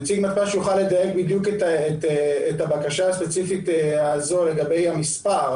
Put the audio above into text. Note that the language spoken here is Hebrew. נציג מתפ"ש יוכל לדייק את הבקשה הזו לגבי המספר,